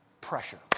Pressure